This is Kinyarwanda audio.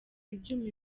ibyuma